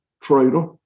trader